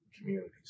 communities